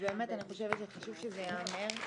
ובאמת אני חושבת שחשוב שזה ייאמר.